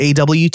awt